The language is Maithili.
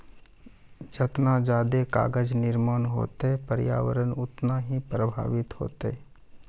जतना जादे कागज निर्माण होतै प्रर्यावरण उतना ही प्रभाबित होतै